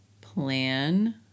Plan